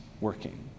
working